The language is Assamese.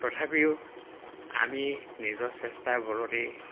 তথাপিও আমি নিজৰ চেষ্টাৰ বলতেই